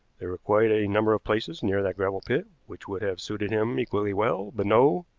there were quite a number of places near that gravel-pit which would have suited him equally well but no,